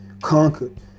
conquered